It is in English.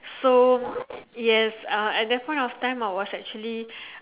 so yes uh at that point of time I was actually